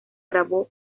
grabó